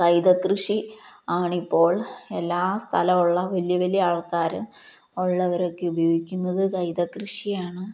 കൈതക്കൃഷിയാണിപ്പോൾ എല്ലാ സ്ഥലമുള്ള വലിയ വലിയ ആൾക്കാര് ഉള്ളവരൊക്കെ ഉപയോഗിക്കുന്നത് കൈതക്കൃഷിയാണ്